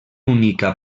única